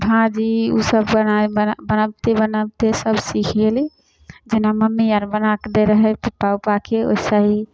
भाजी ओ सब बनायब बनैबते बनैबतै सब सिख गेली जेना मम्मी आर बनाके दै रहै पप्पा उप्पाके ओइसे ही